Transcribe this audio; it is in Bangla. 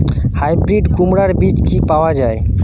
হাইব্রিড কুমড়ার বীজ কি পাওয়া য়ায়?